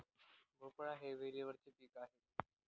भोपळा हे वेलीवरचे पीक आहे